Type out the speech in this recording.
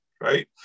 right